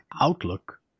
outlook